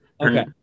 Okay